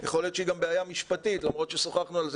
יכול להיות שהיא גם בעיה משפטית למרות ששוחחנו על זה